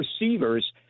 receivers